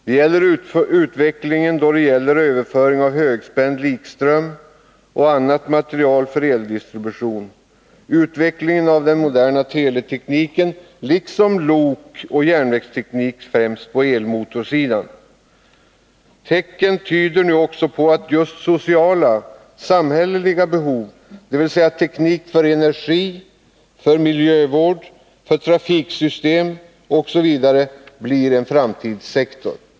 Det gäller utvecklingen i fråga om överföring av högspänd likström, utvecklingen av annan materiel för eldistribution och utvecklingen av den moderna teletekniken liksom lokoch järnvägsteknik främst på elmotorsidan. Tecken tyder nu också på att just sociala behov, samhälleliga behov, dvs. teknik för energi, för miljövård, för trafiksystem osv., blir en framtidssektor.